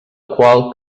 qual